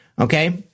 Okay